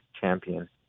champion